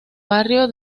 barrio